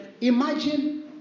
imagine